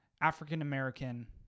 african-american